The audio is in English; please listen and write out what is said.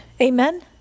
Amen